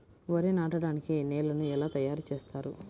వరి నాటడానికి నేలను ఎలా తయారు చేస్తారు?